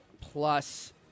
plus